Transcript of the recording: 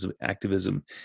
activism